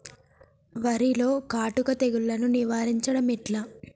వరిలో కాటుక తెగుళ్లను నివారించడం ఎట్లా?